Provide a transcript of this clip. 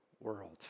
world